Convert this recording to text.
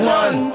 one